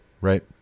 right